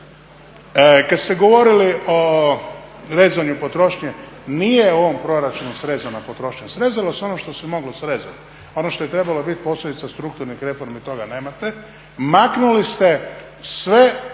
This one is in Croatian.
Kad ste govorili o rezanju potrošnje, nije u ovom proračunu srezana potrošnja, srezalo se ono što se moglo srezat. Ono što je trebalo biti posljedica strukturnih reformi toga nemate, maknuli ste sve